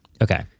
Okay